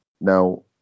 now